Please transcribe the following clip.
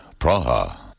Praha